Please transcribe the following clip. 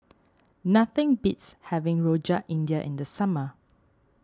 nothing beats having Rojak India in the summer